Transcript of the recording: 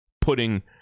putting